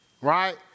Right